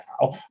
now